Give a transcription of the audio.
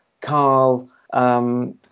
Carl